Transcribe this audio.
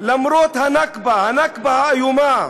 למרות הנכבה, הנכבה האיומה,